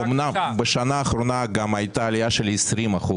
אומנם בשנה האחרונה גם הייתה עלייה של 20%